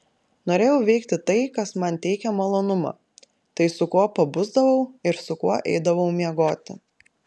norėjau veikti tai kas man teikia malonumą tai su kuo pabusdavau ir su kuo eidavau miegoti